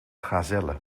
gazelle